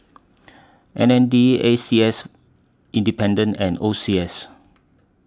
M N D A C S Independent and O C S